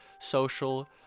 social